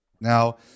Now